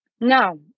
No